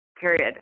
period